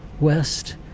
west